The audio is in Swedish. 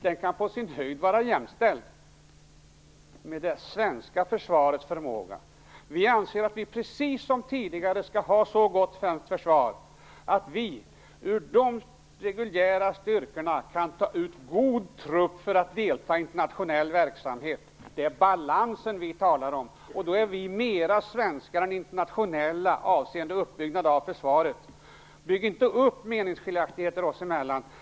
Den kan på sin höjd vara jämställd med det svenska försvarets förmåga. Vi anser, precis som tidigare, att vi skall ha ett så gott svenskt försvar att vi ur de reguljära styrkorna kan ta ut god trupp för att delta i internationell verksamhet. Det är balansen vi talar om, och då är vi mera svenskar än internationella avseende uppbyggnad av försvaret. Bygg inte upp meningsskiljaktigheter oss emellan!